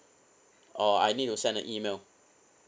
or I need to send an email